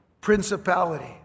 principality